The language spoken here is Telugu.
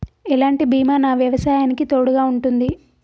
ఎలాంటి బీమా నా వ్యవసాయానికి తోడుగా ఉంటుంది?